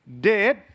Dead